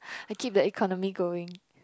I keep the economy going